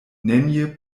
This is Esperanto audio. nenie